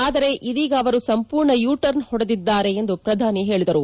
ಆದರೆ ಇದೀಗ ಅವರು ಸಂಪೂರ್ಣ ಯೂ ಟರ್ನ್ ಹೊಡೆದಿದ್ದಾರೆ ಎಂದು ಪ್ರಧಾನಿ ಹೇಳಿದರು